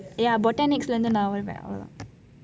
ya botanics லிருந்து நான் வருவேன்:irunthu naan varuven